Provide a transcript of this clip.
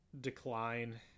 decline